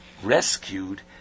Rescued